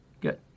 Good